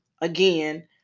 again